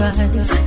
eyes